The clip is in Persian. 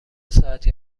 ساعتی